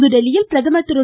புதுதில்லியில் பிரதமர் திரு